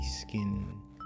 skin